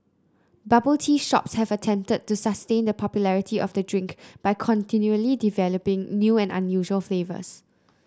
bubble tea shops have attempted to sustain the popularity of the drink by continually developing new and unusual flavours